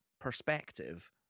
perspective